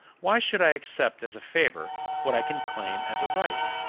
why should i accept as a favor what i can claim as a right!